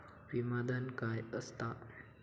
विमा धन काय असता?